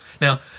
Now